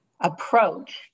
approach